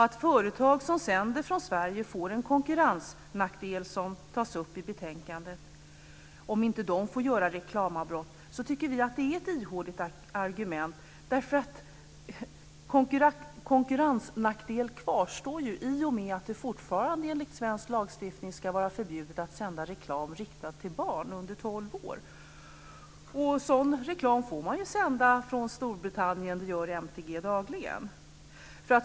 Att företag som sänder från Sverige får en konkurrensnackdel - som tas upp i betänkandet - om de inte får göra reklamavbrott tycker vi är ett ihåligt argument. Konkurrensnackdelen kvarstår ju i och med att det fortfarande enligt svensk lagstiftning ska vara förbjudet att sända reklam riktad till barn under 12 år. Sådan reklam får man sända från Storbritannien. Det gör MTG dagligen.